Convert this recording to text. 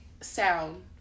sound